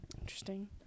Interesting